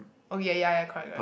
oh ya ya ya correct correct